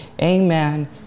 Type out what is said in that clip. amen